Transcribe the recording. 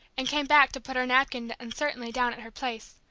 and came back to put her napkin uncertainly down at her place,